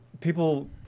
people